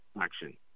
action